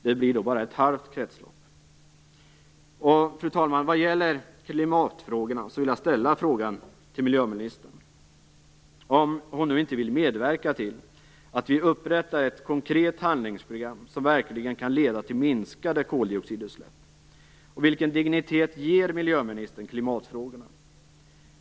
Det blir bara ett halvt kretslopp. Fru talman! Vad gäller klimatfrågorna vill jag ställa frågan till miljöministern om hon nu inte vill medverka till att upprätta ett konkret handlingsprogram som verkligen kan leda till minskade koldioxidutsläpp. Vilken dignitet ger miljöministern klimatfrågorna?